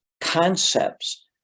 concepts